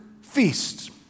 feasts